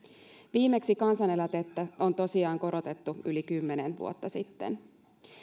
viimeksi kansaneläkettä on tosiaan korotettu yli kymmenen vuotta sitten